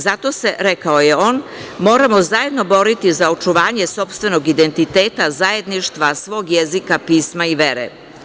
Zato se rekao je on – moramo zajedno boriti za očuvanje sopstvenog identiteta, zajedništva, svog jezika, pisma i vere.